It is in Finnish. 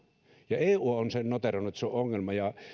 eu on noteerannut että se on ongelma ja